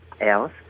else